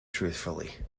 truthfully